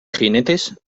jinetes